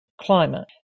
climate